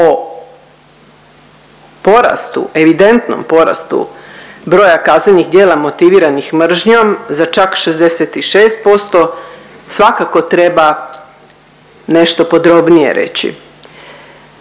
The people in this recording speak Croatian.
evidentnom porastu broja kaznenih djela motiviranih mržnjom za čak 66%, svakako treba nešto podrobnije reći.